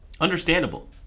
Understandable